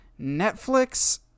Netflix